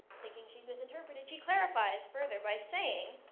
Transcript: thinking she's misinterpreted, she clarifies further by saying,